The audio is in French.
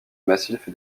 massif